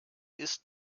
ist